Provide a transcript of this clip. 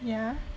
yeah